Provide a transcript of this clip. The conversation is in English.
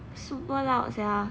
super loud sia